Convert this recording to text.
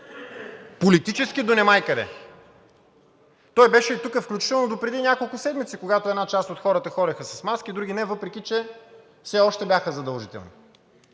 политически до немай-къде. Той беше и тук включително допреди няколко седмици, когато една част от хората ходеха с маски, други не, въпреки че все още бяха задължителни.